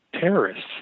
terrorists